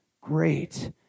Great